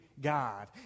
God